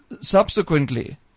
subsequently